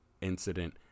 incident